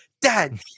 dad